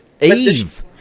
Eve